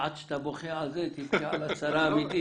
עד שאתה בוכה על זה, תבכה על הצרה האמיתית.